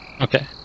Okay